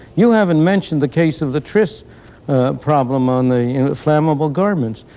you haven't mentioned the case of the tris problem on the flammable garments.